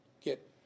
get